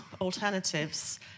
alternatives